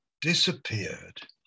disappeared